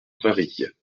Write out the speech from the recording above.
varilhes